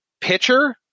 pitcher